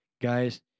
Guys